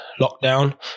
lockdown